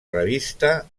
revista